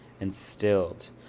instilled